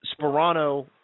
sperano